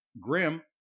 grim